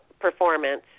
performance